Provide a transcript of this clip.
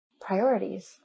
priorities